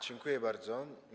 Dziękuję bardzo.